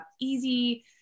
easy